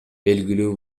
белгилүү